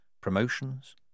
promotions